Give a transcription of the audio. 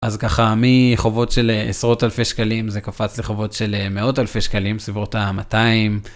אז ככה, מחובות של עשרות אלפי שקלים זה קפץ לחובות של מאות אלפי שקלים, סביבות ה 200.